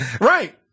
right